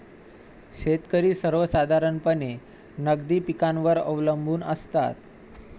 शेतकरी सर्वसाधारणपणे नगदी पिकांवर अवलंबून असतात